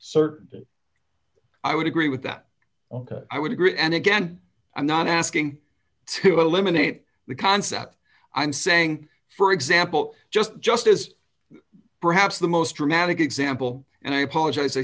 certain i would agree with that i would agree and again i'm not asking to eliminate the concept i'm saying for example just just as perhaps the most dramatic example and i apologize i